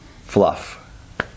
fluff